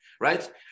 Right